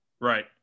Right